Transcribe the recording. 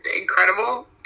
incredible